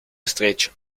estrecho